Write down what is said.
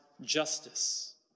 justice